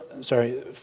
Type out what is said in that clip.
sorry